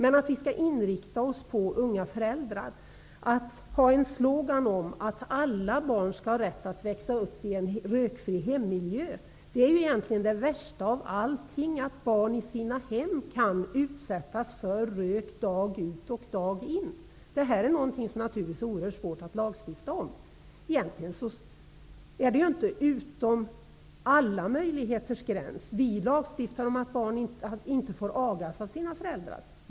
Vi bör således inrikta oss på unga föräldrar. Vi skall ha en slogan om att alla barn skall ha rätt att växa upp i en rökfri hemmiljö. Det värsta av allt är att barn i sina hem kan utsättas för rök dag ut och dag in. Det är naturligtvis oerhört svårt att lagstifta om detta, men det är egentligen inte utom alla möjligheters gräns. Vi lagstiftar om att barn inte får agas av sina föräldrar.